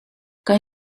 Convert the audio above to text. kan